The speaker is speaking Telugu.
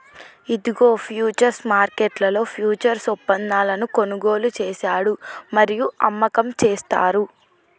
ఇదిగో ఫ్యూచర్స్ మార్కెట్లో ఫ్యూచర్స్ ఒప్పందాలను కొనుగోలు చేశాడు మరియు అమ్మకం చేస్తారు